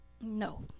No